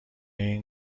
این